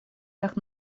так